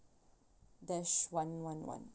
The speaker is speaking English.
dash one one one